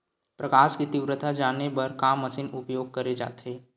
प्रकाश कि तीव्रता जाने बर का मशीन उपयोग करे जाथे?